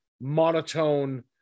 monotone